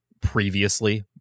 previously